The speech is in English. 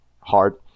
hard